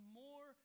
more